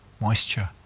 moisture